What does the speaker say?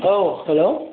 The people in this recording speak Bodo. औ हेल'